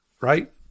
right